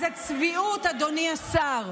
זו צביעות, אדוני השר.